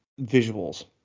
visuals